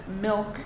milk